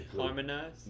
Harmonize